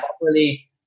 properly